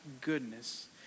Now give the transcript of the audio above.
goodness